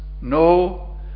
no